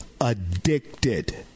addicted